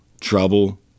Trouble